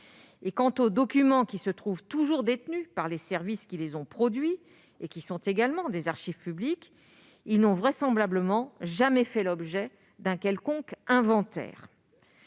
Quant aux documents qui restent détenus par les services qui les ont produits et qui sont également des archives publiques, ils n'ont vraisemblablement jamais fait l'objet d'un quelconque inventaire.